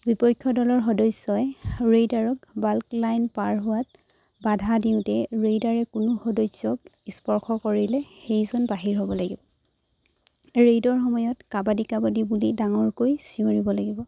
বিপক্ষ দলৰ সদস্যই ৰেইডাৰক বাল্ক লাইন পাৰ হোৱাত বাধা দিওঁতে ৰেইডাৰে কোনো সদস্যক স্পৰ্শ কৰিলে সেইজন বাহিৰ হ'ব লাগিব ৰেইডৰ সময়ত কাবাডী কাবাডী বুলি ডাঙৰকৈ চিঞৰিব লাগিব